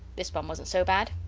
this one wasnt so bad.